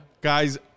Guys